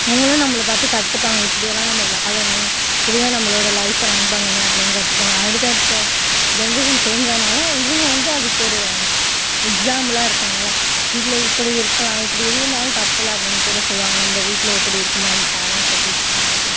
அவங்களும் நம்மளை பார்த்து கற்றுப்பாங்க இப்படியெல்லாம் நம்ம வாழனும் இப்படி தான் நம்மளோட லைபை ரன் பண்ணனும் அப்படின் கற்றுப்பாங்க அடுத்தடுத்த ஜென்ரேஷன் சேஞ்ச் ஆனாலும் இவங்க வந்து அதுக்கொரு எக்ஸாம்பிளாக இருப்பாங்கள இல்லை இப்படி இருக்கலாம் இப்படி இருந்தாலும் தப்பில்லை அப்படின்கூட சொல்லுவாங்க நம்ப வீட்டில் எப்படி இருக்கமோ நம்ப பேரன்ட்ஸ் எப்படி இருக்கனும் அதை பார்த்து